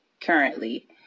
currently